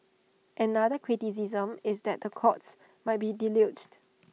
another criticism is that the courts might be deluged